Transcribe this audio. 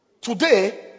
Today